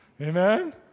Amen